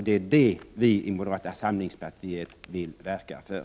Det är vad vi i moderata samlingspartiet vill verka för.